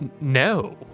no